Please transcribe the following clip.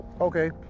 okay